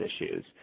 issues